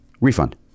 Refund